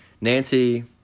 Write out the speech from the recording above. Nancy